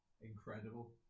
Incredible